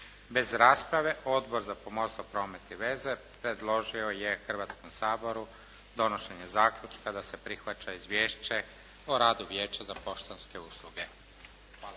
Bez rasprave, Odbor za pomorstvo, promet i veze predložio je Hrvatskom saboru donošenje zaključka da se prihvaća izvješće o radu Vijeća za poštanske usluge.